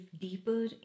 deeper